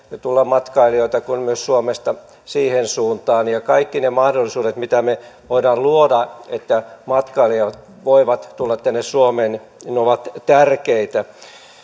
tulla matkailijoita kuin myös suomesta siihen suuntaan kaikki ne mahdollisuudet mitä me voimme luoda että matkailijat voivat tulla tänne suomeen ovat tärkeitä